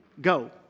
go